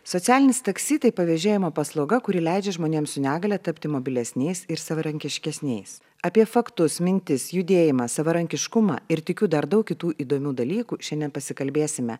socialinis taksi tai pavėžėjimo paslauga kuri leidžia žmonėms su negalia tapti mobilesniais ir savarankiškesniais apie faktus mintis judėjimą savarankiškumą ir tikiu dar daug kitų įdomių dalykų šiandien pasikalbėsime